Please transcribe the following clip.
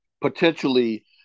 potentially